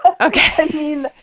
Okay